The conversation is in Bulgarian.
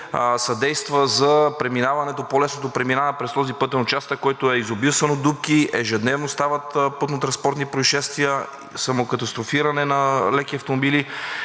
съдейства за по-лесното преминаване през този пътен участък, който е изобилстван от дупки. Ежедневно там стават пътнотранспортни произшествия, самокатастрофиране на леки автомобили.